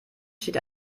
steht